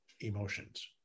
emotions